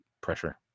pressure